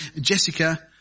Jessica